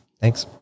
Thanks